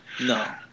no